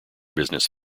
business